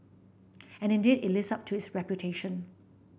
and indeed it lives up to its reputation